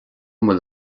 bhfuil